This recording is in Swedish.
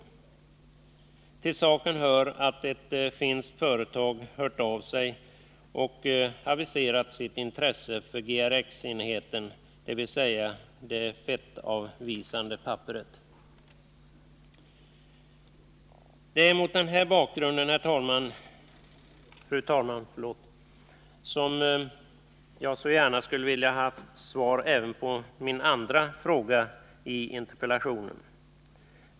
Till saken hör att ett finskt företag hört av sig och aviserat sitt intresse för GRX-enheten, dvs. det fettavvisande papperet. Det är mot den här bakgrunden, fru talman, jag så gärna skulle vilja få svar även på min andra fråga i interpellationen.